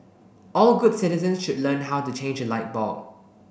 all good citizens should learn how to change a light bulb